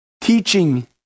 teaching